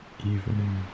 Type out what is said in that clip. evening